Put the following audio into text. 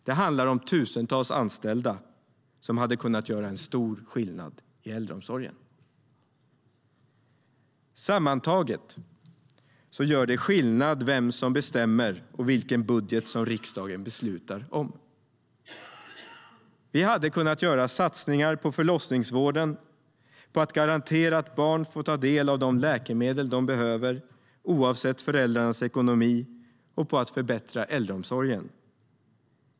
Det handlar om tusentals anställda som hade kunnat göra en stor skillnad i äldreomsorgen. Sammantaget gör det skillnad vem som bestämmer och vilken budget som riksdagen beslutar om. Vi hade kunnat göra satsningar på förlossningsvården, på att garantera att barn får ta del av de läkemedel de behöver, oavsett föräldrarnas ekonomi, och på att förbättra äldreomsorgen.